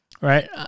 right